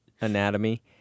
Anatomy